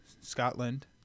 scotland